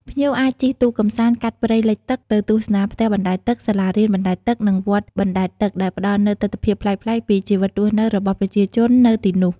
ភ្ញៀវអាចជិះទូកកម្សាន្តកាត់ព្រៃលិចទឹក ទៅទស្សនាផ្ទះបណ្តែតទឹក សាលារៀនបណ្តែតទឹក និងវត្តបណ្តែតទឹក ដែលផ្តល់នូវទិដ្ឋភាពប្លែកៗពីជីវិតរស់នៅរបស់ប្រជាជននៅទីនោះ។